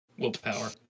willpower